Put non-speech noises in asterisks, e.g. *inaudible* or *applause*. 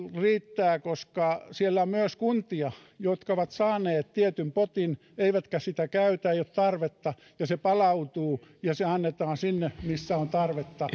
riittää koska siellä on myös kuntia jotka ovat saaneet tietyn potin eivätkä sitä käytä ei ole tarvetta ja se palautuu ja annetaan sinne missä on tarvetta *unintelligible*